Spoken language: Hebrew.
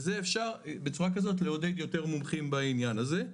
ואפשר בצורה כזאת לעודד יותר מומחים בעניין הזה.